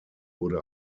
wurde